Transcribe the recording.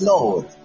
Lord